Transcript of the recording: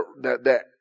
that—that